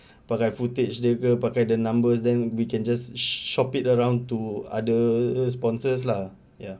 pakai footage jer ke pakai the numbers then we can just shop it around to other sponsors lah ya